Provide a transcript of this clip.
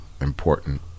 important